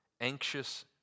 anxious